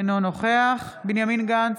אינו נוכח בנימין גנץ,